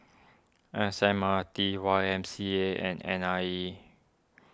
S M R T Y M C A and N I E